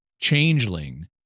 changeling